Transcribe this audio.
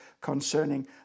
concerning